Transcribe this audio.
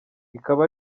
ikaba